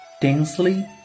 densely